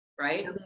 right